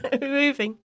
Moving